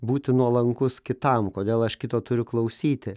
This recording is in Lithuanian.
būti nuolankus kitam kodėl aš kito turiu klausyti